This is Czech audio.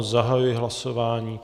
Zahajuji hlasování.